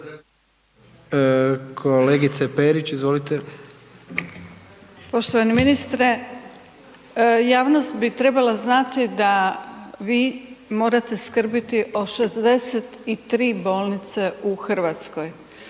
**Perić, Grozdana (HDZ)** Poštovani ministre javnost bi trebala znati da vi morate skrbiti o 63 bolnice u Hrvatskoj,